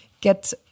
get